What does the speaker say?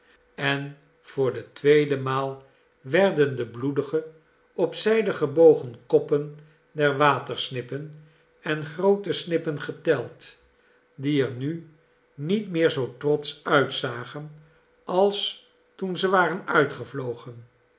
en voor de tweedemaal werden de bloedige op zijde gebogen koppen der watersnippen en groote snippen geteld die er nu niet meer zoo trotsch uitzagen als toen ze waren uitgevlogen